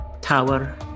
tower